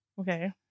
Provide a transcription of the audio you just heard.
Okay